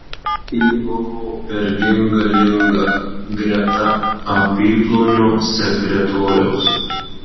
ji buvo perdėm galinga greta apyplonio sekretoriaus